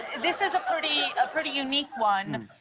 this is a pretty a pretty unique one.